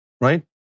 Right